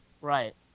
Right